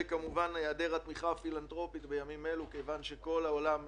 וכמובן היעדר התמיכה הפילנתרופית בימים אלה כיוון שכל העולם בקריסה.